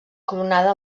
coronada